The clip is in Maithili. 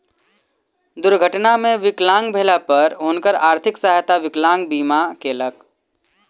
दुर्घटना मे विकलांग भेला पर हुनकर आर्थिक सहायता विकलांग बीमा केलक